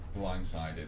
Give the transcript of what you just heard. blindsided